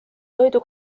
toidu